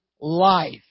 life